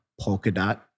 Polkadot